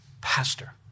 pastor